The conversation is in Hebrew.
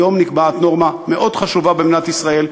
היום נקבעת נורמה מאוד חשובה במדינת ישראל.